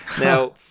Now